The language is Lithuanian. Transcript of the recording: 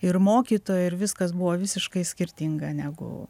ir mokytojai ir viskas buvo visiškai skirtinga negu